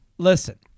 Listen